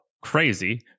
Crazy